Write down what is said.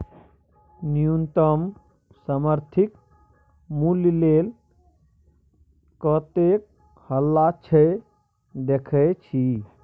न्युनतम समर्थित मुल्य लेल कतेक हल्ला छै देखय छी